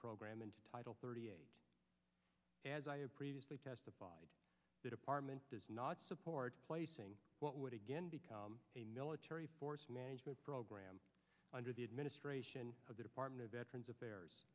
program and title thirty eight as i have previously testified that apartment does not support placing what would again become a military force management program under the administration of the department of veterans affairs